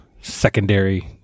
secondary